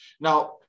Now